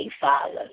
Father